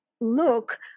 look